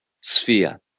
sphere